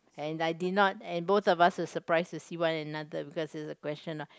and I did not and both of us were surprised to one another because it's a question lah